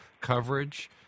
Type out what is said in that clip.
coverage